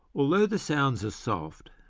although the sounds are soft,